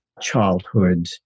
Childhood